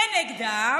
כנגדם,